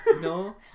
No